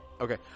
Okay